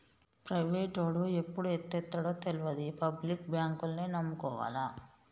ప్రైవేటోడు ఎప్పుడు ఎత్తేత్తడో తెల్వది, పబ్లిక్ బాంకుల్నే నమ్ముకోవాల